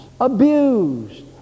abused